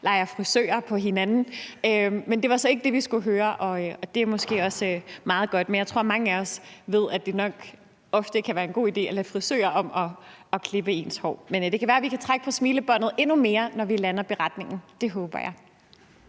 leger frisør med hinanden, men det var så ikke det, vi skulle høre, og det er måske også meget godt. Jeg tror, at mange af os ved, at det ofte nok kan være en god idé at lade frisører om at klippe ens hår. Men det kan være, at vi kan smile endnu bredere, når vi lander beretningen. Det håber jeg.